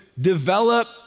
develop